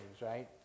right